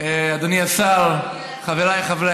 אדוני השר, חבריי חברי